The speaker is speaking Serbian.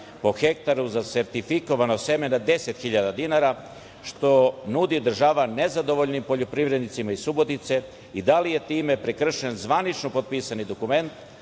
po hektaru za sertifikovano seme na 10 hiljada dinara, što nudi država nezadovoljnim poljoprivrednicima iz Subotice i da li je time prekršen zvanično potpisani dokument,